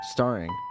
Starring